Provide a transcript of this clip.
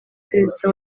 perezida